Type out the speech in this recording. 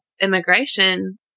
immigration